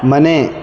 ಮನೆ